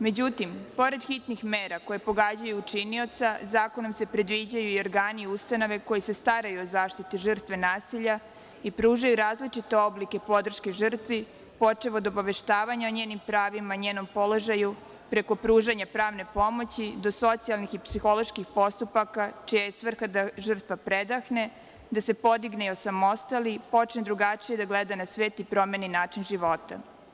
Međutim, pored hitnim mera koje pogađaju učinioca zakonom se predviđaju i organi i ustanove koje se staraju o zaštiti žrtve nasilja i pružaju različite oblike podrške žrtvi počev od obaveštavanja o njenim pravima, njenom položaju preko pružanja pravne pomoći do socijalnih i psiholoških postupaka čija je svrha da žrtva predahne, da se podigne i osamostali, počne drugačije da gleda na svet i promeni način života.